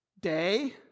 day